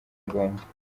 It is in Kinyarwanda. ngombwa